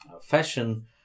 fashion